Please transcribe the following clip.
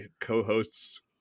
co-host's